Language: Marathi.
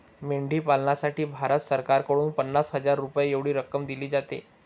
मेंढी पालनासाठी भारत सरकारकडून पन्नास हजार रुपये एवढी रक्कम दिली जाते